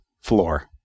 floor